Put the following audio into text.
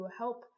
help